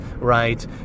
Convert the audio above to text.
right